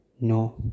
No